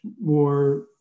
more